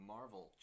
Marvel